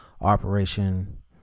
Operation